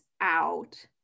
out